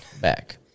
back